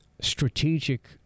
strategic